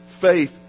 faith